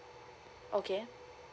okay